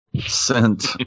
sent